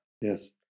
Yes